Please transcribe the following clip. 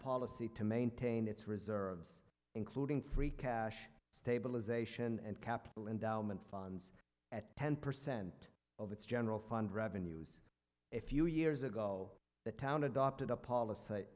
policy to maintain its reserves including free cash stabilisation and capital endowment funds at ten percent of its general fund revenues a few years ago the town adopted a policy